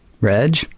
Reg